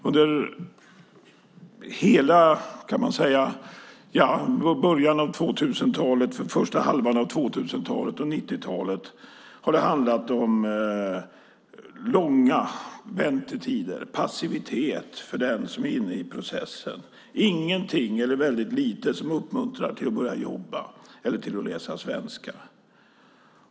Under 1990-talet och under första halvan av 2000-talet har det handlat om långa väntetider och om passivitet för den som är inne i processen. Ingenting eller väldigt lite uppmuntrar till att börja jobba eller till att läsa svenska.